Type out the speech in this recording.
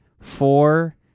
four